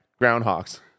groundhogs